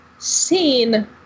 Seen